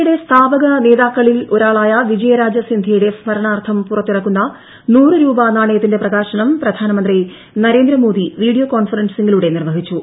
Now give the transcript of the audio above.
യുടെ സ്ഥാപക നേതാക്കളിലൊരാളായ വിജയ രാജ സിന്ധൃയുടെ സ്മരണാർത്ഥം പുറത്തിറക്കുന്ന നൂറു രൂപ നാണയത്തിന്റെ പ്രകാശനം പ്രധാനമന്ത്രി നരേന്ദ്രമോദി വീഡിയോ കോൺഫെറൻസിംഗിലൂടെ നിർവഹിച്ചു